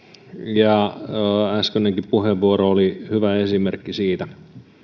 ja äskeinenkin puheenvuoro oli hyvä esimerkki siitä